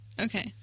Okay